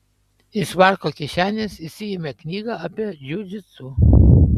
iš švarko kišenės išsiėmė knygą apie džiudžitsu